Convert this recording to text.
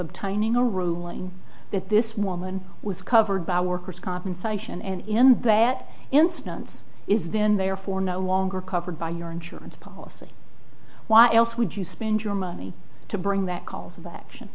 tiny a ruling that this woman was covered by workers compensation and in bat instance is then there for no longer covered by your insurance policy why else would you spend your money to bring that cause of action